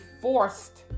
forced